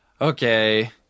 okay